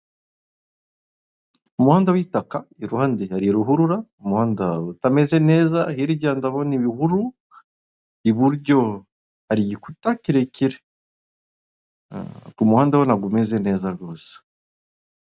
Umuhanda w'itaka, iruhande hari ruhurura, umuhanda utameze neza. Hirya ndabona ibihuru, hari igikuta kirekire. Umuhanda ntabwo umeze neza rwose.